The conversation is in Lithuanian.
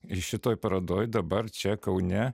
ir šitoje parodoj dabar čia kaune